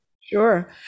Sure